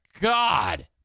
God